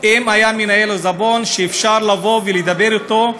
אם היה מנהל עיזבון שאפשר לבוא ולדבר אתו,